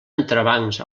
entrebancs